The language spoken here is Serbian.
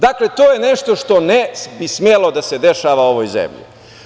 Dakle, to je nešto što ne bi smelo da se dešava u ovoj zemlji.